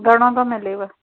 घणो थो मिलेव